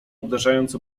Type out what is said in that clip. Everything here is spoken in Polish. obdarzając